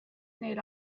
neil